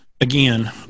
again